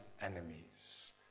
enemies